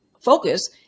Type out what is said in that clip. focus